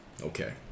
Okay